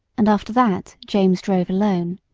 and after that james drove alone.